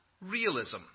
realism